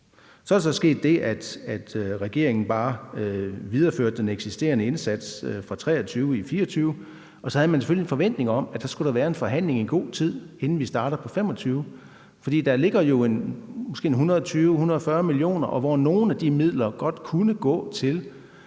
Så er der så sket det, at regeringen bare har videreført den eksisterende indsats fra 2023 i 2024. Så havde man selvfølgelig en forventning om, at der skulle være en forhandling i god tid, inden vi starter på 2025, for der ligger jo måske 120-140 mio. kr., og nogle af de midler kunne godt